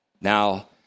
Now